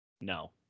No